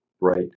right